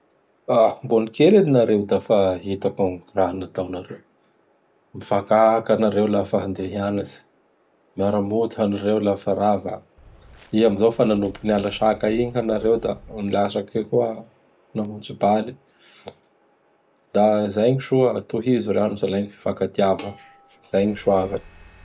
Mbô nikely an nareo dafa hitako gn ny raha nataonareo. Mifakaka anareo lafa handea hianatsy. Miara-mody hanareo lafa rava. I amzao fa nanomboky niala saka igny hanareo da niaraky koa namonjy baly. Da zay gny soa, tohizo riano zalahy gny fifankativa; zay gny soavany.